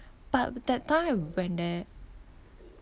but that time I went there